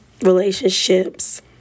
relationships